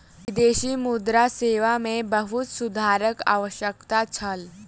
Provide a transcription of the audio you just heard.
विदेशी मुद्रा सेवा मे बहुत सुधारक आवश्यकता छल